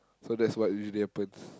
so that's what usually happens